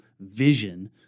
vision